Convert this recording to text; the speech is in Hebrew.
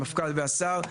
המפכ״ל והשר,